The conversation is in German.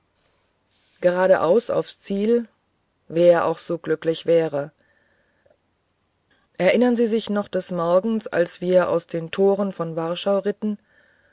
geradeaus aufs ziel wer auch so glücklich wäre erinnern sie sich noch des morgens als wir aus den toren von warschau ritten